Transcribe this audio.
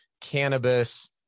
cannabis